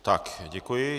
Tak, děkuji.